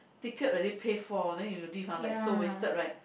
ticket already pay for then you leave !huh! like so wasted right